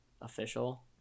official